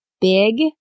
big